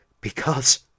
Because